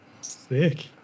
Sick